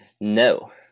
No